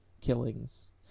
killings